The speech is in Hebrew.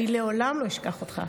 אני לעולם לא אשכח אותך.